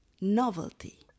novelty